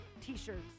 t-shirts